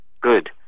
Good